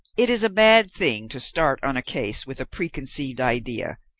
it is a bad thing to start on a case with a preconceived idea,